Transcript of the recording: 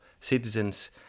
citizens